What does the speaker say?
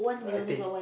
like I take